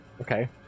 Okay